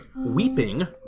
Weeping